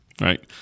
right